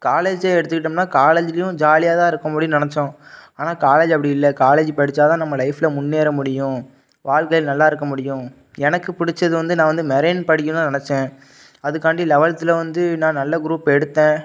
college எடுத்துக்கிட்டோம்னா காலேஜ்லியும் ஜாலியாக தான் இருக்கும் படி நினச்சோம் ஆனால் காலேஜ் அப்படி இல்லை காலேஜ்ஜி படித்தா தான் நம்ம லைஃப்பில் முன்னேற முடியும் வாழ்க்கையில நல்லா இருக்கற முடியும் எனக்கு பிடிச்சது வந்து நான் வந்து மெரெய்ன் படிக்கணும் நினச்சேன் அதுக்காண்டி லெவல்த்தில் வந்து நான் நல்ல குரூப் எடுத்தேன்